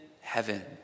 heaven